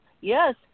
yes